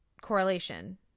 correlation